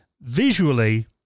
visually